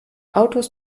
autos